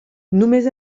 només